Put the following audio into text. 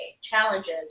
challenges